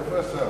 אבל השר איננו.